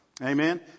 amen